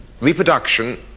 Reproduction